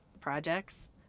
projects